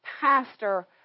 pastor